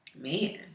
Man